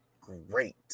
great